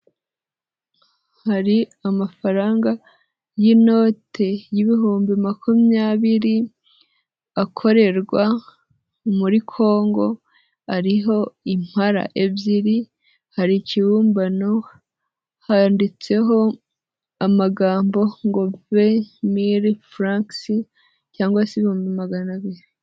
Hari amafaranga y'inote y'ibihumbi makumyabiri akorerwa muri Kongo ariho impala ebyiri, hariho ikibumbano handitseho amagambo ngo vemiri furansi cyangwa se ibihumbi magana abiri.